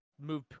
move